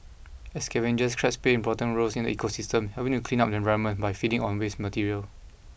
as scavengers crabs play important roles in the ecosystem helping to clean up the environment by feeding on waste material